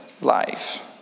life